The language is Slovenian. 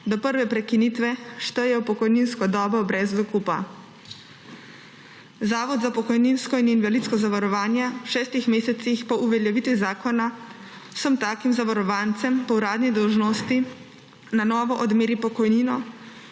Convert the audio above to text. do prve prekinitve šteje v pokojninsko dobo brez dokupa. Zavod za pokojninsko in invalidsko zavarovanje v šestih mesecih po uveljavitvi zakona vsem takim zavarovancem po uradni dolžnosti na novo odmeri pokojnina